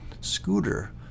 scooter